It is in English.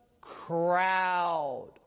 crowd